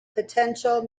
potential